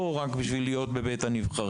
אני לא נמצא פה רק על מנת להיות בבית הנבחרים,